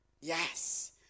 Yes